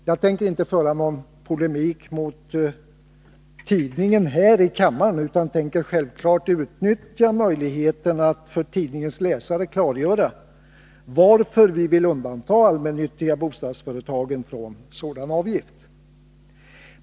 Jag tänker inte föra någon polemik mot tidningen här i kammaren, utan tänker självfallet utnyttja möjligheten att för tidningens läsare klargöra varför vi vill undanta de allmännyttiga bostadsföretagen från denna avgift.